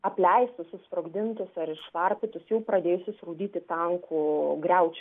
apleistus susprogdintus ar išvarpytus jau pradėjusius rūdyti tankų griaučius